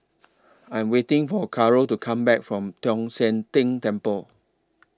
I'm waiting For Caro to Come Back from Tong Sian Tng Temple